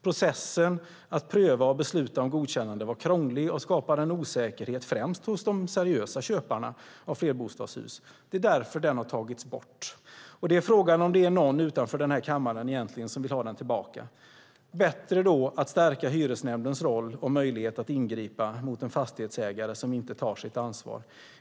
Processen att pröva och besluta om godkännande var krånglig och skapade en osäkerhet, främst hos de seriösa köparna av flerbostadshus. Det är därför den har tagits bort. Frågan är om det är någon utanför den här kammaren som egentligen vill ha den tillbaka. Bättre då att stärka hyresnämndens roll och möjlighet att ingripa mot en fastighetsägare som inte tar sitt ansvar.